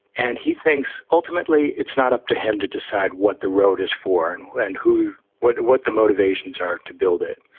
and he thinks ultimately it's not up to him to decide what the road is for and who and who what what the motivations are to build it.